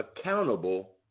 accountable